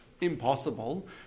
impossible